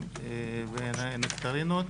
ונקטרינות,